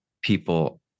people